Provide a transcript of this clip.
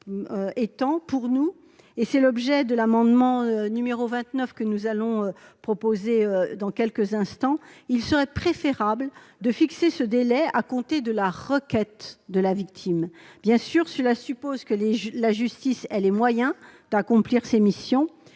étant, pour nous- c'est l'objet de l'amendement n° 29, que je défendrai dans quelques instants -, il serait préférable de fixer le délai à compter de la requête de la victime. Bien entendu, cela suppose que la justice ait les moyens d'accomplir ses missions.